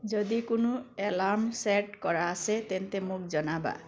যদি কোনো alarm set কৰা আছে তেন্তে মোক জনাবা